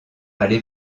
aller